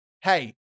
hey